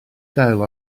gael